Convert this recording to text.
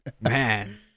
Man